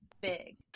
big